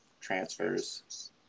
transfers